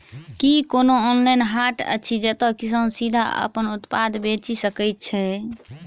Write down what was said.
की कोनो ऑनलाइन हाट अछि जतह किसान सीधे अप्पन उत्पाद बेचि सके छै?